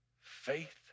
Faith